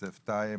יוסף טייב,